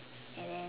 and then